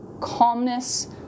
calmness